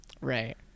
Right